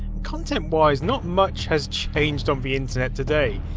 content wise, not much has changed on the internet today.